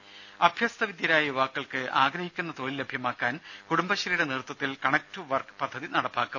രുമ അഭ്യസ്ഥവിദ്യരായ യുവാക്കൾക്ക് ആഗ്രഹിക്കുന്ന തൊഴിൽ ലഭ്യമാക്കാൻ കുടുംബശ്രീയുടെ നേത്വത്വത്തിൽ കണക്ട് ടു വർക്ക് പദ്ധതി നടപ്പാക്കും